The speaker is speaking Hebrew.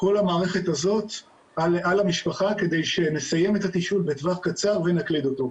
כל המערכת הזאת על המשפחה כדי שנסיים את התשאול בטווח קצר ונקליד אותו.